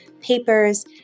papers